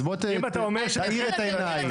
תאיר את עיניי.